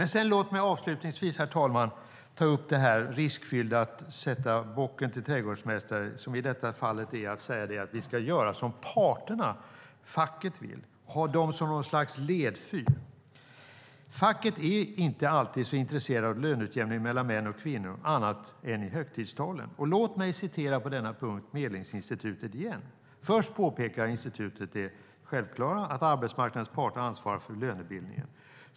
Låt mig avslutningsvis, herr talman, ta upp det riskfyllda att sätta bocken till trädgårdsmästare, som i detta fall är att säga att vi ska göra som parterna - facket - vill, ha dem som något slags ledfyr. Facket är inte alltid så intresserat av löneutjämning mellan män och kvinnor annat än i högtidstalen. Låt mig på denna punkt återigen citera Medlingsinstitutet. Först påpekar institutet det självklara att arbetsmarknadens parter ansvarar för lönebildningen.